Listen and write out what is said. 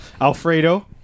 Alfredo